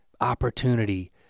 opportunity